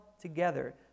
together